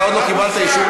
אתה עוד לא קיבלת אישור,